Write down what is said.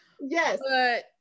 Yes